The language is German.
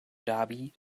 dhabi